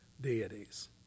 deities